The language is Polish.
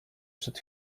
przed